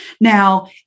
Now